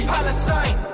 Palestine